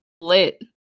lit